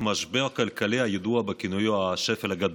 משבר כלכלי הידוע בכינויו "השפל הגדול".